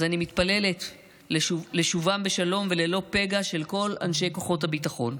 אז אני מתפללת לשובם בשלום וללא פגע של כל אנשי כוחות הביטחון.